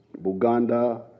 Buganda